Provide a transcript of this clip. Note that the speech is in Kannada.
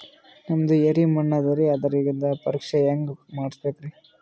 ನಮ್ದು ಎರಿ ಮಣ್ಣದರಿ, ಅದರದು ಪರೀಕ್ಷಾ ಹ್ಯಾಂಗ್ ಮಾಡಿಸ್ಬೇಕ್ರಿ?